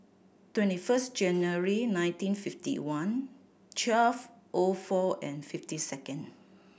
twenty first January nineteen fifty one twelve O four and fifty second